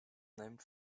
named